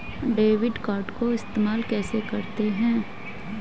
Debit card को इस्तेमाल कैसे करते हैं?